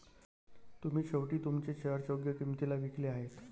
तुम्ही शेवटी तुमचे शेअर्स योग्य किंमतीला विकले आहेत